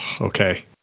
Okay